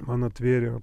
man atvėrė